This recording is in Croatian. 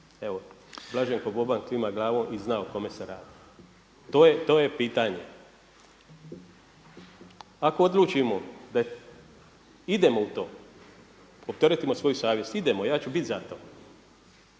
Evo Blaženko Boban klima glavom i zna o kome se radi. To je pitanje. Ako odlučimo da idemo u to opteretimo svoju savjest, idemo, ja ću bit za to.